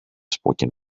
spoken